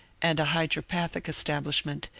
and a hydropathic establishment,